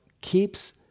keeps